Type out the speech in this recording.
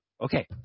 Okay